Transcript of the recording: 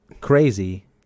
crazy